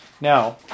Now